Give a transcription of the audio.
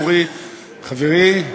אורי חברי,